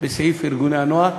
בסעיף ארגוני הנוער,